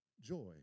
joy